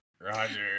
Roger